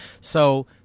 So-